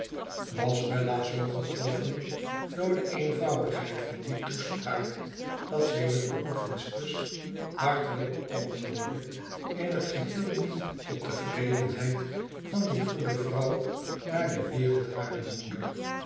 was bella zoo getroffen door de eenvoudigheid van die toespraak dat zij juffrouw boffin's kus hartelijk beantwoordde in het geheel niet tot tevredenheid van die goede vrouw naar de wereld hare moeder